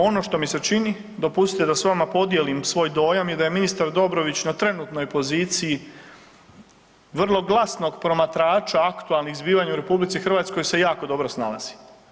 Ono što mi se čini, dopustite da s vama podijelim svoj dojam je da je ministar Dobrović na trenutnoj poziciji vrlo glasnog promatrača aktualnih zbivanja u RH se jako dobro snalazi.